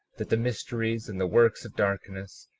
that the mysteries and the works of darkness,